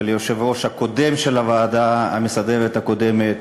וליושב-ראש הקודם של הוועדה המסדרת הקודמת,